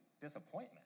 disappointment